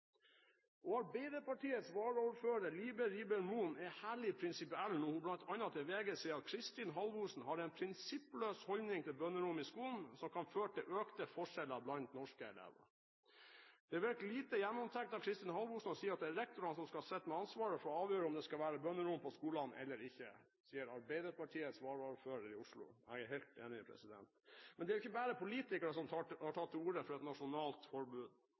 Arbeiderpartiets varaordfører Libe Rieber-Mohn er herlig prinsipiell når hun bl.a. til VG sier at Kristin Halvorsen har en prinsippløs holdning til bønnerom i skolen som kan føre til økte forskjeller blant norske elever. «Det virker lite gjennomtenkt av Kristin Halvorsen å si at det er rektorene som skal sitte med ansvaret for å avgjøre om det skal være bønnerom på skolene eller ikke», sier Arbeiderpartiets varaordfører, og jeg er helt enig. Men det er ikke bare politikere som har tatt til orde for et nasjonalt forbud.